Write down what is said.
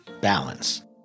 balance